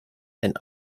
and